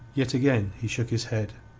yet again he shook his head.